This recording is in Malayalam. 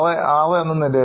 66 എന്ന നിലയിലായി